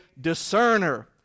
discerner